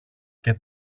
και